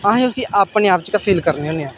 अस उस्सी अपने आप च गै फील करने होन्ने आं